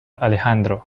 alejandro